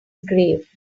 grave